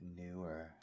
newer